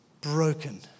broken